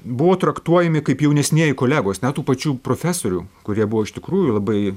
buvo traktuojami kaip jaunesnieji kolegos net tų pačių profesorių kurie buvo iš tikrųjų labai